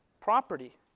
property